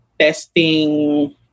testing